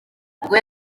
ubwo